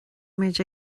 muid